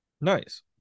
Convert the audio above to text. Nice